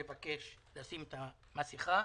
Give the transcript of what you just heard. לבקש לשים את המסכה,